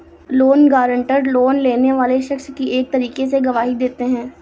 loan guarantor, loan लेने वाले शख्स की एक तरीके से गवाही देते हैं